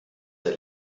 der